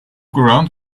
around